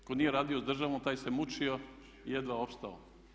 Tko nije radio s državom taj se mučio i jedva opstao.